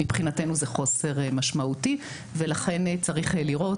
מבחינתנו זה חוסר משמעותי ולכן צריך לראות,